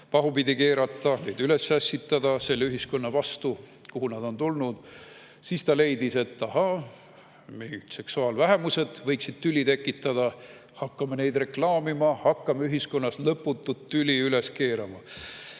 pahupidi keerata, neid on võimalik üles ässitada selle ühiskonna vastu, kuhu nad on tulnud. Siis ta leidis, et ahah, seksuaalvähemused võiksid tüli tekitada, hakkame neid reklaamima, hakkame ühiskonnas lõputut tüli üles keerama.